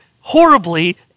horribly